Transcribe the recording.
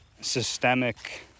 systemic